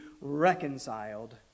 reconciled